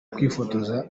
kwifotoza